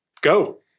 Go